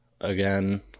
again